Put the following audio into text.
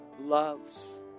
loves